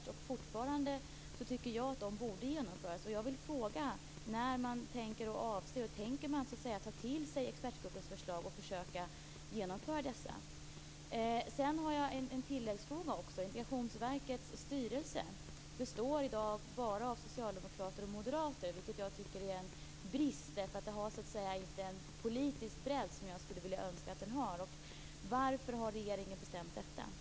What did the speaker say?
Jag tycker fortfarande att de borde genomföras. Jag vill fråga om man tänker ta till sig expertgruppens förslag och försöka genomföra dessa. Jag har också en tilläggsfråga. Integrationsverkets styrelse består i dag bara av socialdemokrater och moderater, vilket jag tycker är en brist. Den har inte den politiska bredd som jag önskade att den hade.